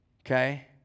Okay